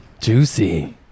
Juicy